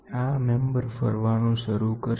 આ મેમ્બર ફરવાનું શરૂ કરશે